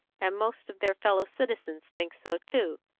and most of their fellow-citizens think so too.